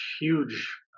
huge